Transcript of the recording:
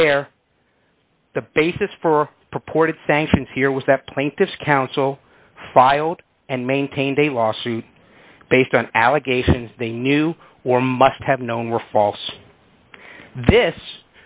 where the basis for purported sanctions here was that plaintiff's counsel filed and maintained a lawsuit based on allegations they knew or must have known were false this